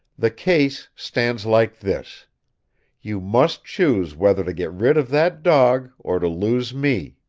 the case stands like this you must choose whether to get rid of that dog or to lose me.